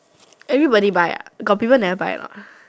everybody buy ah got people never buy or not